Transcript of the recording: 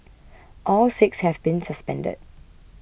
all six have been suspended